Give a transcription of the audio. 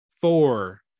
four